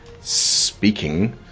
speaking